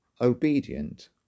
obedient